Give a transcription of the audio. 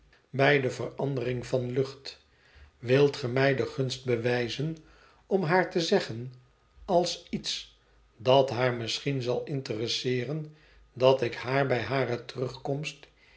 de verandering van lucht wilt ge mij de gunst bewijzen om haar te zeggen als iets dat haar misschien zal interesseeren dat ik haar bij hare terugkomst